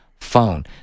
phone